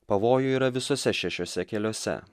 pavojų yra visose šešiose keliose